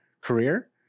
career